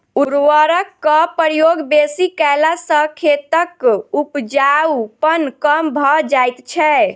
उर्वरकक प्रयोग बेसी कयला सॅ खेतक उपजाउपन कम भ जाइत छै